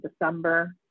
December